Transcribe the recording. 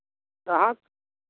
कहाँ का